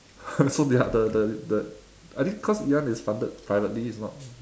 so they are the the the I think cause ngee ann is funded privately it's not